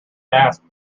asked